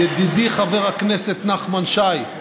ידידי חבר הכנסת נחמן שי,